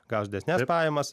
gaus didesnes pajamas